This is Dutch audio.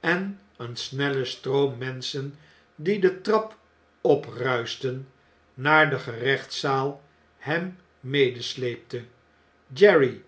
en een snelle stroom menschen die de trap opruischten naar de gerechtszaal hem medesleepte jerry